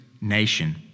nation